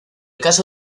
caso